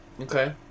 Okay